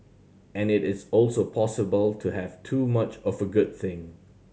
and it is also possible to have too much of a good thing